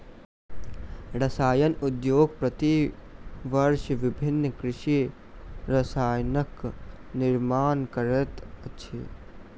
रसायन उद्योग प्रति वर्ष विभिन्न कृषि रसायनक निर्माण करैत अछि